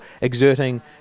exerting